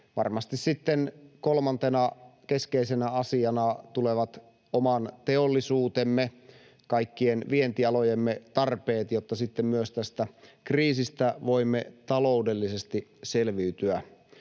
Varmasti sitten kolmantena keskeisenä asiana tulevat oman teollisuutemme, kaikkien vientialojemme, tarpeet, jotta sitten myös tästä kriisistä voimme taloudellisesti selviytyä.